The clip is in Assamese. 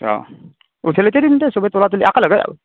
অঁ উঠেলিতে দিম দে চবে তোলা তুলি একেলগে